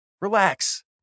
Relax